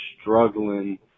struggling